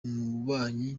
ububanyi